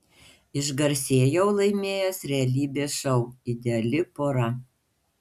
išgarsėjau laimėjęs realybės šou ideali pora